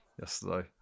yesterday